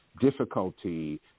difficulty